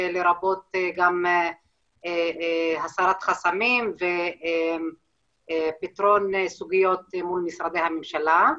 לרבות גם הסרת חסמים ופתרון סוגיות מול משרדי הממשלה.